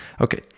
Okay